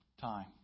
time